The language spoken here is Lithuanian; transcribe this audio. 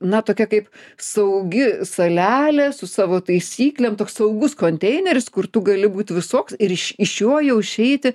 na tokia kaip saugi salelė su savo taisyklėm toks saugus konteineris kur tu gali būt visoks ir iš jo jau išeiti